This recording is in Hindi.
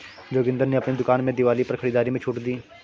जोगिंदर ने अपनी दुकान में दिवाली पर खरीदारी में छूट दी